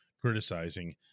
criticizing